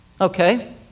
okay